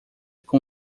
com